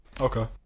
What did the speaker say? Okay